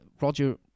Roger